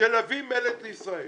שלהביא מלט לישראל